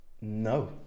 No